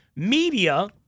Media